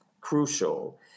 crucial